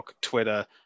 Twitter